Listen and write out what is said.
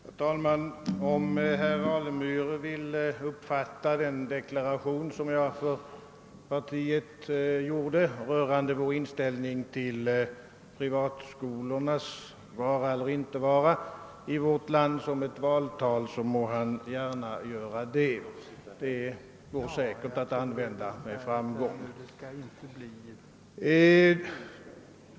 Herr talman! Om herr Alemyr vill uppfatta den deklaration som jag för partiet gjorde rörande vår inställning till privatskolornas vara eller icke vara som ett valtal, så må han gärna göra det; det går säkerligen att använda med framgång.